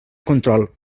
control